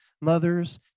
mothers